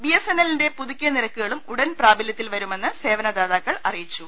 B S N എല്ലിന്റെ പുതുക്കിയ നിരക്കുകളും ഉടൻ പ്രാബല്യത്തിൽ വരുമെന്ന് സേവന ദാതാക്കൾ അറിയിച്ചു